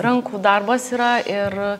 rankų darbas yra ir